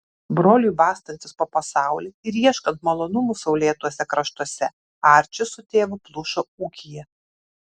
broliui bastantis po pasaulį ir ieškant malonumų saulėtuose kraštuose arčis su tėvu plušo ūkyje